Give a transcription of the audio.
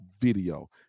video